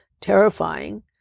terrifying